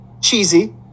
cheesy